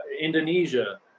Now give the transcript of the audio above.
Indonesia